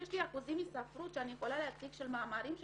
יש לי אחוזים מספרות שאני יכולה להציג ממאמרים שהתפרסמו,